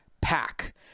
pack